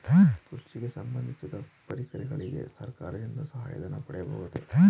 ಕೃಷಿಗೆ ಸಂಬಂದಿಸಿದ ಪರಿಕರಗಳಿಗೆ ಸರ್ಕಾರದಿಂದ ಸಹಾಯ ಧನ ಪಡೆಯಬಹುದೇ?